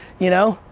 you know,